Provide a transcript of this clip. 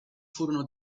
furono